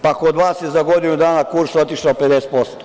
Pa kod vas je za godinu dana kurs otišao na 50%